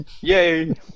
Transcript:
Yay